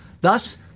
Thus